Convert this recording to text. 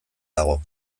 dago